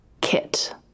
Kit